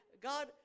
God